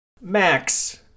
Max